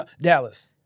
Dallas